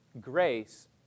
grace